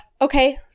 okay